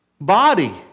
body